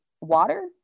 water